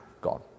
gone